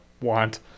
want